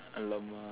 alamak